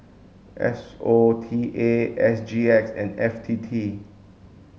S O T A S G X and F T T